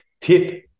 tip